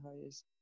highest